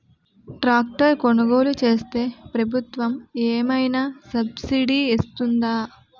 Tractor కొనుగోలు చేస్తే ప్రభుత్వం ఏమైనా సబ్సిడీ ఇస్తుందా?